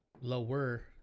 lower